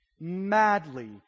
madly